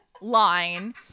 line